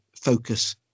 focus